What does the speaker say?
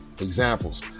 Examples